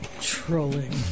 Trolling